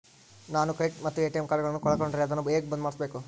ನಾನು ಕ್ರೆಡಿಟ್ ಮತ್ತ ಎ.ಟಿ.ಎಂ ಕಾರ್ಡಗಳನ್ನು ಕಳಕೊಂಡರೆ ಅದನ್ನು ಹೆಂಗೆ ಬಂದ್ ಮಾಡಿಸಬೇಕ್ರಿ?